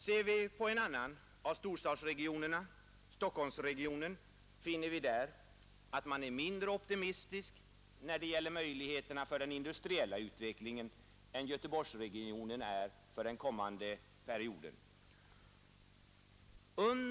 Ser vi på en annan av storstadsregionerna, nämligen Stockholmsregionen, finner vi att man där är mindre optimistisk när det gäller möjligheterna för den industriella utvecklingen under den kommande perioden än vad som är fallet i Göteborgsregionen.